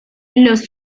los